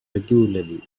regularly